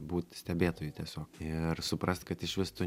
būt stebėtoju tiesiog ir suprast kad išvis tu